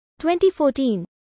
2014